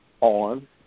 on